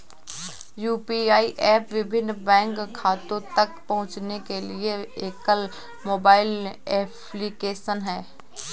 UPI app विभिन्न bank खातों तक पहुँचने के लिए एकल मोबाइल एप्लिकेशन है